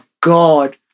God